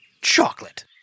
chocolate